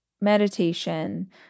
meditation